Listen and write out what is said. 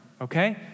okay